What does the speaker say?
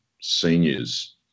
seniors